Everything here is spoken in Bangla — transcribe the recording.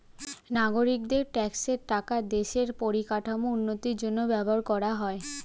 নাগরিকদের ট্যাক্সের টাকা দেশের পরিকাঠামোর উন্নতির জন্য ব্যবহার করা হয়